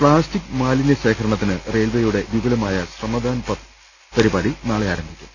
plastic മാലിന്യ ശേഖരണത്തിന് റെയിൽവേയുടെ വിപുലമായ ശ്രമ ദാൻ പരിപാടി നാളെ ആരംഭിക്കും